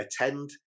attend